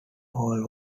hall